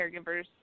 caregivers